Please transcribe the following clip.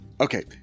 Okay